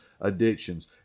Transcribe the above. addictions